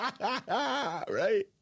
right